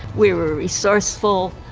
we were resourceful.